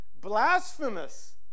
blasphemous